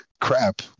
crap